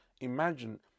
Imagine